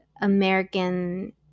American